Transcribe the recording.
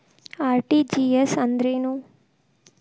RTGS ಅಂದ್ರೇನು?